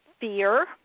fear